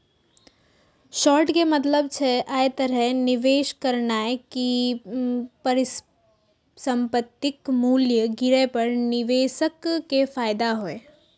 short के मतलब छै, अय तरहे निवेश करनाय कि परिसंपत्तिक मूल्य गिरे पर निवेशक कें फायदा होइ